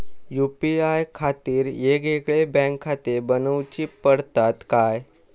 UPI खातीर येगयेगळे बँकखाते बनऊची पडतात काय?